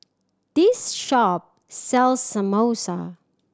this shop sells Samosa